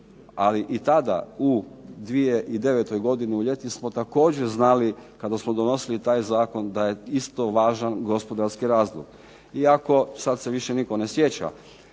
ali i tada u 2009. godini u ljeti smo također znali kada smo donosili taj Zakon da je isto važan gospodarski razlog iako sada se više nitko ne sjeća,